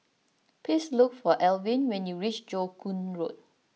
please look for Alvin when you reach Joo Koon Road